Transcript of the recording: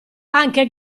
anche